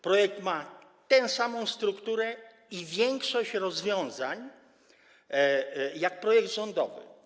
Projekt ma tę samą strukturę i większość rozwiązań jak projekt rządowy.